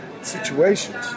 situations